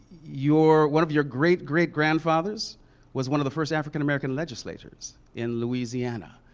your one of your great great grandfathers was one of the first african american legislators in louisiana.